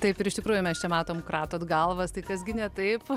taip ir iš tikrųjų mes čia matom kratot galvas tai kas gi ne taip